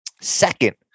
Second